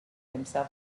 himself